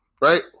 Right